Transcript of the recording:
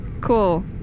Cool